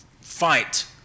fight